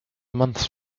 months